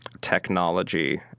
technology